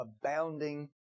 abounding